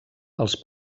els